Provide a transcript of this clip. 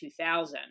2000